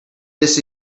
this